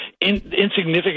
insignificant